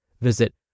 Visit